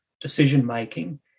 decision-making